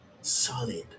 solid